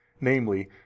namely